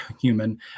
human